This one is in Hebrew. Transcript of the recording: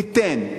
תיתן.